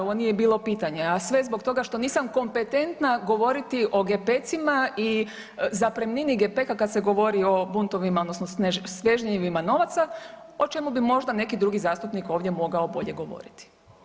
Ovo nije bilo pitanje, a sve zbog toga što nisam kompetentna govoriti o gepecima i zapremnini gepeka kad se govorima o buntovima odnosno svežnjevima novaca o čemu bi možda neki drugi zastupnik ovdje mogao bolje govoriti.